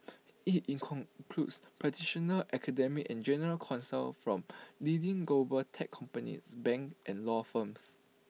IT practitioners academics and general counsel from leading global tech companies bank and law firms